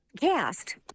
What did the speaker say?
cast